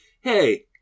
Hey